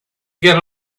get